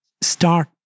start